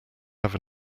have